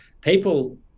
people